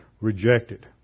rejected